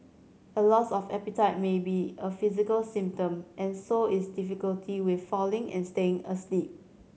a loss of appetite may be a physical symptom and so is difficulty with falling and staying asleep